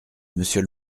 monsieur